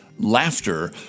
Laughter